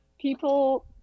People